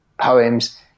poems